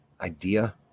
idea